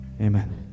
amen